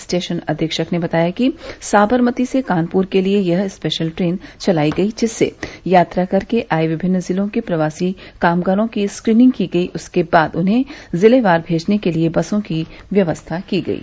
station अधीक्षक ने बताया कि साबरमती से कानपुर के लिए यह स्पेशल ट्रेन चलायी गयी जिससे यात्रा करके आये विमिन्न जिलों के प्रवासी कामगारों की स्क्रीनिंग की गयी उसके बाद उन्हें जिलेवार भेजने के लिए बसों की व्यवस्था की गयी